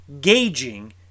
gauging